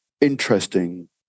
interesting